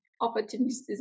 opportunities